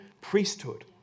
priesthood